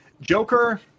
Joker